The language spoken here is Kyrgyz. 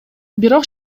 бирок